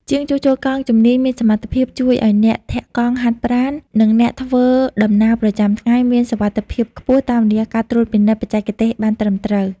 ជាងជួសជុលកង់ជំនាញមានសមត្ថភាពជួយឱ្យអ្នកធាក់កង់ហាត់ប្រាណ និងអ្នកធ្វើដំណើរប្រចាំថ្ងៃ មានសុវត្ថិភាពខ្ពស់តាមរយៈការត្រួតពិនិត្យបច្ចេកទេសបានត្រឹមត្រូវ។